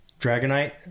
Dragonite